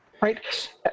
right